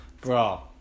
bro